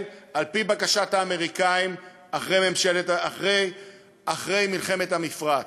על-פי בקשת האמריקנים אחרי מלחמת המפרץ.